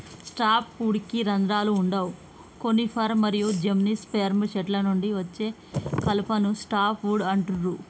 soft వుడ్కి రంధ్రాలు వుండవు కోనిఫర్ మరియు జిమ్నోస్పెర్మ్ చెట్ల నుండి అచ్చే కలపను సాఫ్ట్ వుడ్ అంటుండ్రు